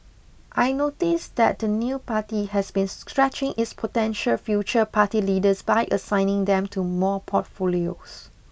I noticed that the the new party has been stretching its potential future party leaders by assigning them to more portfolios